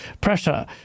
pressure